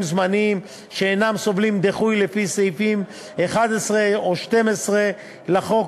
זמניים שאינם סובלים דיחוי לפי סעיף 11 או 12 לחוק,